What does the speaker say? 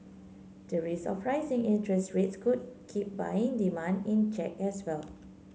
the risk of rising interest rates could keep buying demand in check as well